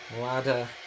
ladder